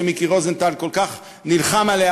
שמיקי רוזנטל כל כך נלחם עליה,